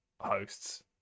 hosts